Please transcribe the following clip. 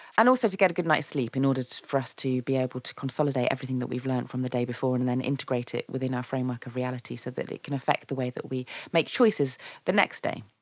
and also to get a good nights sleep in order for us to be able to consolidate everything that we've learnt from the day before and then integrate it within our framework of reality so that it can affect the way that we make choices the next day.